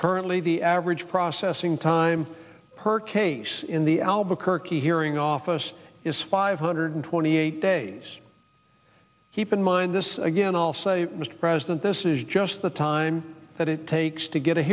currently the average processing time per case in the albuquerque hearing office is five hundred twenty eight days keep in mind this again i'll say mr president this is just the time that it takes to get a